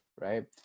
right